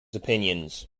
opinions